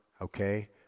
okay